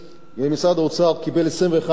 משרד האוצר קיבל 21 יום,